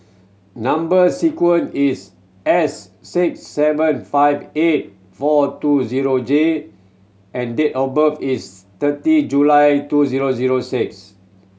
number sequence is S six seven five eight four two zero J and date of birth is thirty July two zero zero six